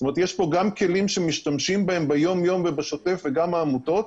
זאת אומרת יש פה גם כלים שמשתמשים בהם ביום יום ובשוטף וגם בעמותות,